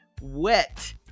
wet